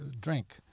drink